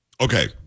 Okay